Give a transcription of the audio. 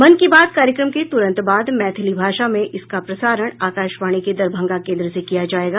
मन की बात कार्यक्रम के तुरंत बाद मैथिली भाषा में इसका प्रसारण आकाशवाणी के दरभंगा केन्द्र से किया जायेगा